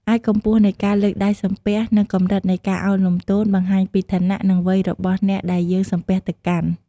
ឯកម្ពស់នៃការលើកដៃសំពះ និងកម្រិតនៃការឱនលំទោន បង្ហាញពីឋានៈ និងវ័យរបស់អ្នកដែលយើងសំពះទៅកាន់។